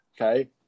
okay